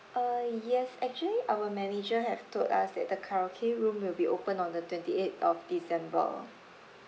uh yes actually our manager have told us that the karaoke room will be open on the twenty eight of december